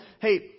hey